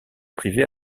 privée